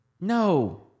No